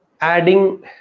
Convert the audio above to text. adding